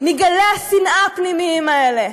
מגלי השנאה הפנימיים האלה.